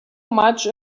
much